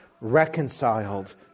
reconciled